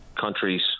countries